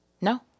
No